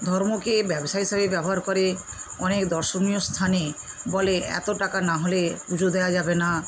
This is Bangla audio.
ধর্মকে ব্যবসা হিসাবে ব্যবহার করে অনেক দর্শনীয় স্থানে বলে এত টাকা না হলে পুজো দেওয়া যাবে না